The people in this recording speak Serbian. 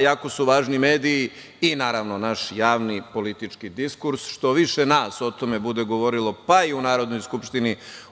jako su važno mediji, kao i naš javni politički diskurs. Što više nas o tome bude govorilo, pa i u Narodnoj skupštini,